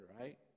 right